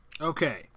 Okay